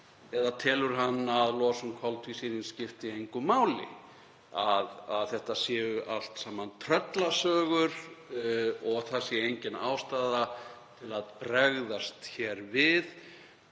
Eða telur hann að losun koltvísýrings skipti engu máli og þetta séu allt saman tröllasögur og engin ástæða til að bregðast hér við?